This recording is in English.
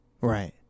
Right